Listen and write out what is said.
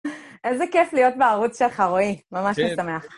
איזה כיף להיות בערוץ שלך, רועי. ממש משמח.